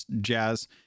jazz